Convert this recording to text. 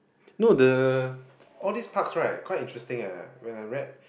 no the all these parks right quite interesting eh when I read